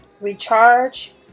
recharge